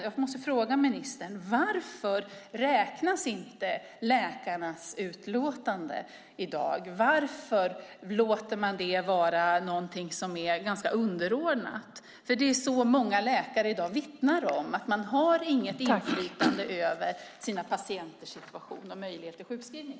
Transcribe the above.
Jag måste fråga ministern: Varför räknas inte läkarnas utlåtande i dag? Varför låter man det vara något ganska underordnat? Många läkare vittnar i dag om att de inte har något inflytande över sina patienters situation och möjlighet till sjukskrivning.